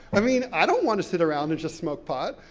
i mean, i don't want to sit around and just smoke pot.